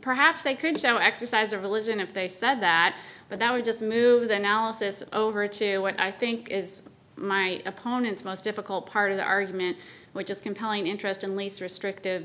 perhaps they could show exercise or religion if they said that but that would just move the analysis over to what i think is my opponent's most difficult part of the argument which is compelling interest and least restrictive